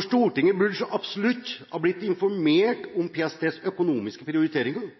Stortinget burde så absolutt ha blitt informert om PSTs økonomiske prioriteringer